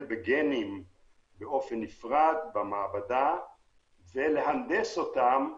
בגנים באופן נפרד במעבדה ולהנדס אותם.